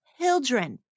children